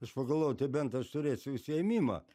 aš pagalvojau tai bent aš turėsiu užsiėmimą